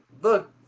look